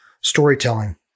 storytelling